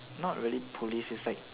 not really police is like